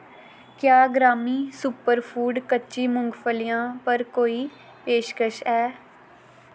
क्या ग्रामी super food कच्ची मुंगफलियां पर कोई पेशकश ऐ